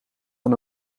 van